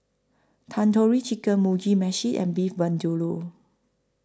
Tandoori Chicken Mugi Meshi and Beef Vindaloo